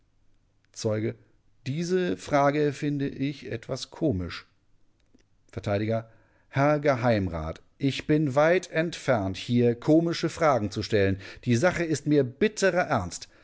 zeuge diese frage finde ich etwas komisch vert herr geheimrat ich bin weit entfernt hier komische fragen zu stellen die sache ist mir bitterer ernst